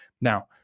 Now